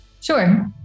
Sure